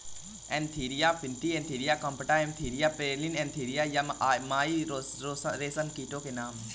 Antheraea frithi Antheraea compta Antheraea pernyi Antheraea yamamai रेशम के कीटो के नाम हैं